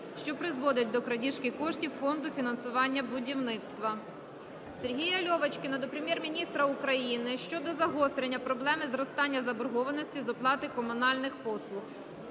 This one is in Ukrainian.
що призводить до крадіжки коштів Фонду фінансування будівництва. Сергія Льовочкіна до Прем'єр-міністра України щодо загострення проблеми зростання заборгованості з оплати комунальних послуг.